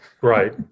right